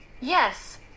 Yes